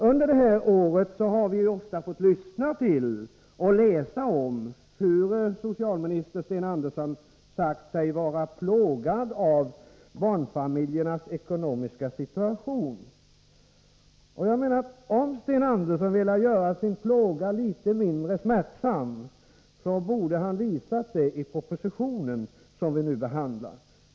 Under det här året har vi ofta fått lyssna till och läsa om hur socialminister Sten Andersson sagt sig vara plågad av barnfamiljernas ekonomiska situation. Jag menar, att om Sten Andersson vill göra sin plåga lite mindre smärtsam, borde han ha visat det i den proposition som vi nu behandlar.